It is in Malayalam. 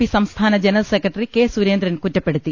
പി സംസ്ഥാന ജനറൽ സെക്രട്ടറി കെ സുരേന്ദ്രൻ കുറ്റ പ്പെടുത്തി